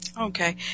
Okay